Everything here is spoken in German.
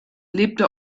lebte